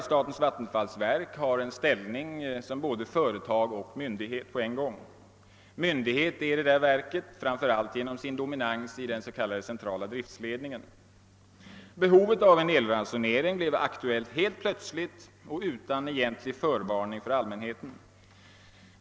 Statens vattenfallsverk har en ställning som både företag och myndighet på en gång. Myndighet är verket framför allt genom sin dominans i den s.k. centrala driftledningen. Behovet av elransonering blev aktuellt helt plötsligt och utan egentlig förvarning för allmänheten.